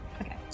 Okay